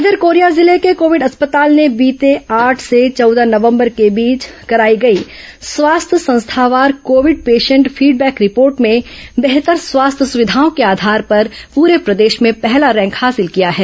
इधर कोरिया जिले के कोविड अस्पताल ने बीते आठ से चौदह नवंबर के बीच कराई गई स्वास्थ्य संस्थावार कोविड पेशेंट फीडबैक रिपोर्ट में बेहतर स्वास्थ्य सुविघाओं के आधार पर पुरे प्रदेश में पहला रैंक हासिल किया है